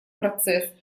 процесс